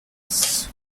fax